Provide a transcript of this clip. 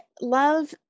love